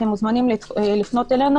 הן מוזמנים לפנות אלינו,